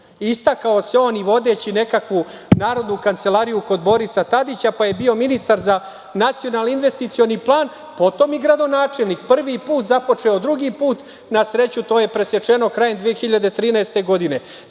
Istakao se on i vodeći nekakvu Narodnu kancelariju kod Borisa Tadića, pa je bio ministar za nacionalni investicioni plan, potom i gradonačelnik. Prvi put započeo, drugi put, na sreću to je presečeno krajem 2013. godine. Tako